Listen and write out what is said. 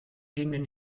gingen